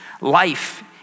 life